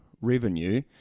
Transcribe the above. revenue